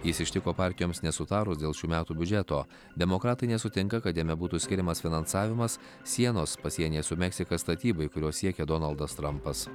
jis ištiko partijoms nesutarus dėl šių metų biudžeto demokratai nesutinka kad jame būtų skiriamas finansavimas sienos pasienyje su meksika statybai kurios siekia donaldas trampas